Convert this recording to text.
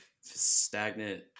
stagnant